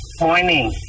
Morning